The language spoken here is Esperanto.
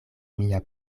mia